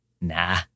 nah